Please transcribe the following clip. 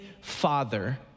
Father